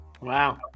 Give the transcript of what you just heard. wow